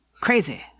crazy